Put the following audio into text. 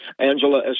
Angela